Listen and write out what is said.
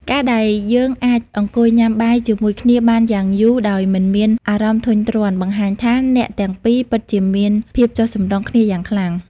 ការដែលយើងអាចអង្គុយញ៉ាំបាយជាមួយគ្នាបានយ៉ាងយូរដោយមិនមានអារម្មណ៍ធុញទ្រាន់ បង្ហាញថាអ្នកទាំងពីរពិតជាមានភាពចុះសម្រុងគ្នាយ៉ាងខ្លាំង។